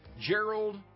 gerald